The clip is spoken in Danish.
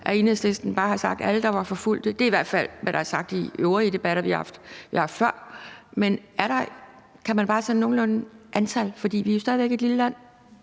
at Enhedslisten bare har sagt, at det gælder alle, der var forfulgte. Det er i hvert fald, hvad der er sagt i øvrige debatter, vi har haft før. Men kan man bare sådan nogenlunde sætte et antal på, for vi er jo stadig væk et lille land?